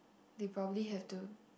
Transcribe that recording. they probably have to